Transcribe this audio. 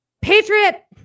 Patriot